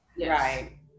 right